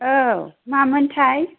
औ मामोनथाय